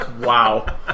wow